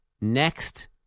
next